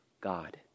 God